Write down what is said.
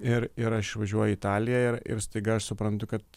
ir ir aš išvažiuoju į italiją ir ir staiga aš suprantu kad